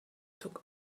took